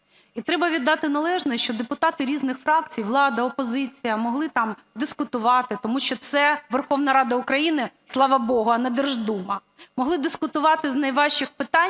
І треба віддати належне, що депутати різних фракцій, влада, опозиція могли там дискутувати, тому що це Верховна Рада України, слава богу, а не Держдума, могли дискутувати з найважчих питань.